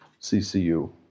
CCU